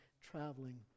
traveling